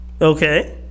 Okay